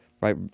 Right